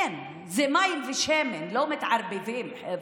אין, זה מים ושמן, לא מתערבבים, חבר'ה.